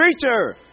creature